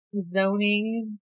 zoning